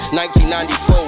1994